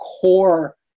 core